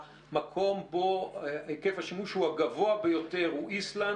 המקום בו היקף השימוש הוא גבוה ביותר הוא איסלנד